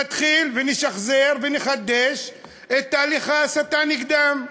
נתחיל ונשחזר ונחדש את תהליך ההסתה נגדם,